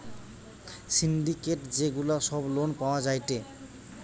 syndicate যে গুলা সব লোন পাওয়া যায়টে